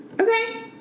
Okay